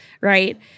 Right